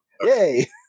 Yay